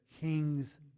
kings